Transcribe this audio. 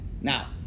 Now